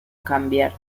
cambiar